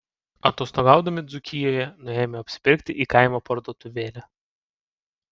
atostogaudami dzūkijoje nuėjome apsipirkti į kaimo parduotuvėlę